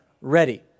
ready